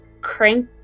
crank